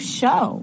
show